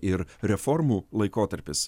ir reformų laikotarpis